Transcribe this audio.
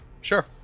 Sure